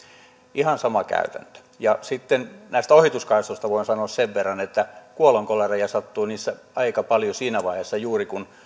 ihan sama käytäntö sitten näistä ohituskaistoista voin sanoa sen verran että kuolonkolareja sattuu niissä aika paljon siinä vaiheessa juuri kun